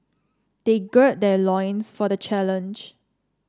they gird their loins for the challenge